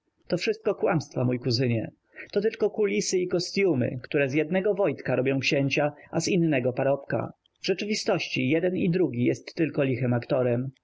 to wszystko kłamstwa mój kuzynie to tylko kulisy i kostiumy które z jednego wojtka robią księcia a z innego parobka w rzeczywistości jeden i drugi jest tylko lichym aktorem